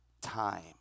time